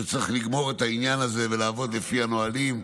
על כך שצריך לגמור את העניין הזה ולעבוד לפי הנהלים,